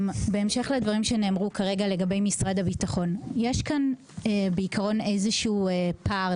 בהמשך לדברים שנאמרו כרגע לגבי משרד הביטחון: יש כאן איזה שהוא פער.